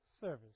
service